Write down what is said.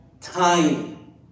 time